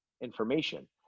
information